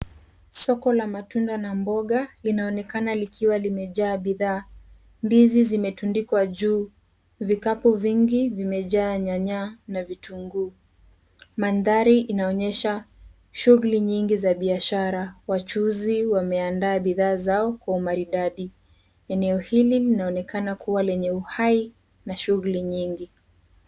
Soko la matunda na mboga linaonekana likiwa limejaa bidhaa. Ndizi zimetundikwa juu, vikapu vingi vimejaa nyanya na vitunguu. Mandhari inaonyesha shuguli nyingi za biashara. Wachuzi wameandaa bidhaa zao kwa umaridadi. Eneo hili linaonekana kuwa lenye uhai na shuguli nyingi.